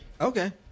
Okay